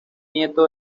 nieto